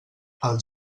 els